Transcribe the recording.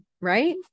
right